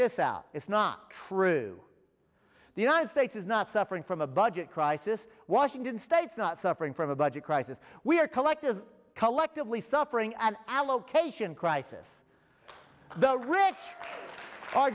this out it's not true the united states is not suffering from a budget crisis washington states not suffering from a budget crisis we are collectively collectively suffering an allocation crisis the rich are